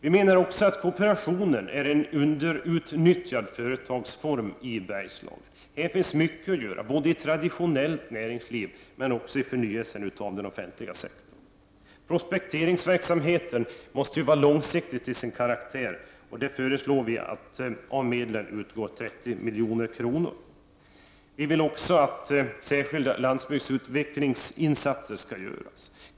Vi menar också att kooperationen är en underutnyttjad företagsform i Bergslagen. Här finns mycket att göra, både i traditionellt näringsliv och i förnyelsen av den offentliga sektorn. Prospekteringsverksamheten måste vara långsiktig till sin karaktär och vi föreslår att 30 milj.kr. av medlen skall utgå. Vi vill också att särskilda landsbygdsutvecklingsinsatser skall göras.